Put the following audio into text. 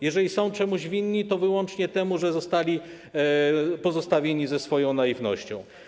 Jeżeli są czemuś winni, to wyłącznie temu, że zostali pozostawieni ze swoją naiwnością.